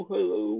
Hello